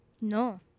No